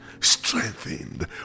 strengthened